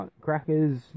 crackers